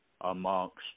amongst